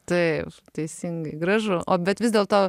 taip teisingai gražu o bet vis dėlto